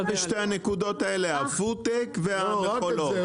רק בשתי הנקודות האלה הפוד-טק והמכולות.